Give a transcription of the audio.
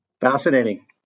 Fascinating